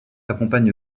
accompagne